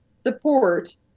support